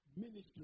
ministry